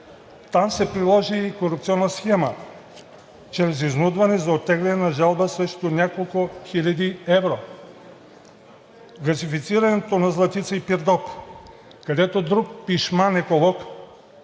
там се приложи корупционна схема чрез изнудване за оттегляне на жалба срещу няколко хиляди евро; - газифицирането на Златица и Пирдоп, където друг пишман еколог